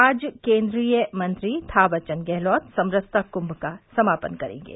आज केन्द्रीय मंत्री थॉवर चन्द्र गहलोत समरसता कुंभ का समापन करेंगे